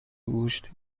گوشت